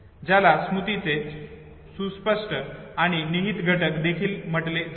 ज्याला स्मृतीचे सुस्पष्ट आणि निहित घटक देखील म्हटले जाते